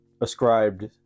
ascribed